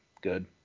good